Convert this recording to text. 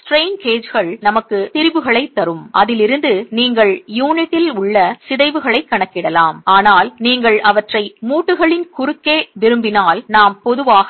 strain கேஜ்கள் நமக்கு திரிபுகளைத் தரும் அதிலிருந்து நீங்கள் யூனிட்டில் உள்ள சிதைவுகளைக் கணக்கிடலாம் ஆனால் நீங்கள் அவற்றை மூட்டுகளின் குறுக்கே விரும்பினால் நாம் பொதுவாக